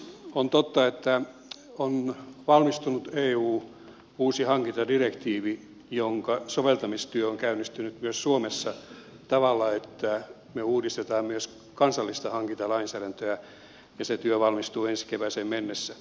on totta että on valmistunut eun uusi hankintadirektiivi jonka soveltamistyö on käynnistynyt myös suomessa sillä tavalla että me uudistetaan myös kansallista hankintalainsäädäntöä ja se työ valmistuu ensi kevääseen mennessä